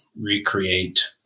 recreate